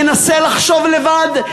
ינסה לחשוב לבד,